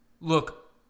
look